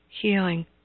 healing